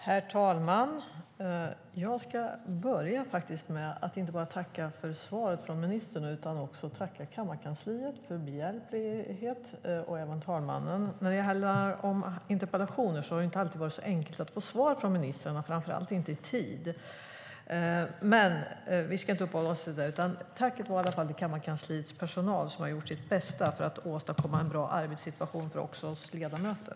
Herr talman! Jag ska faktiskt börja med att inte bara tacka ministern för svaret utan också tacka kammarkansliet för deras behjälplighet. Det gäller även talmannen. När det handlar om interpellationer har det inte alltid varit så enkelt att få svar från ministrarna, och framför allt inte i tid. Vi ska dock inte uppehålla oss vid det, utan jag tackar kammarkansliets personal som har gjort sitt bästa för att åstadkomma en bra arbetssituation också för oss ledamöter.